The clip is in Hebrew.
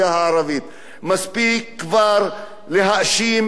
מספיק כבר להאשים את הקורבן.